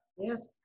Yes